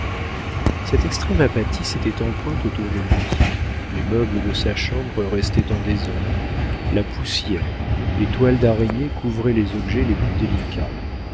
cette extrême apathie s'était empreinte autour de lui les meubles de sa chambre restaient en désordre la poussière les toiles d'araignées couvraient les objets les plus délicats